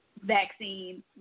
vaccine